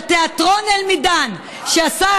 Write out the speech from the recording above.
על תיאטרון אל-מידאן, שעשה,